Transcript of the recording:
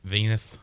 Venus